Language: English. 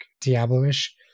Diablo-ish